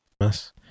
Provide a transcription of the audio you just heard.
yes